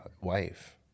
wife